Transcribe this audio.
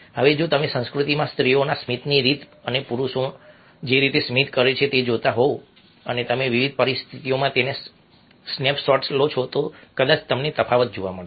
હવે જો તમે સંસ્કૃતિમાં સ્ત્રીઓના સ્મિતની રીત અને પુરુષો જે રીતે સ્મિત કરે છે તે જોતા હોવ અને તમે વિવિધ પરિસ્થિતિઓમાં તેના સ્નેપ શોટ્સ લો છો તો કદાચ તમને તફાવત જોવા મળશે